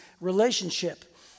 relationship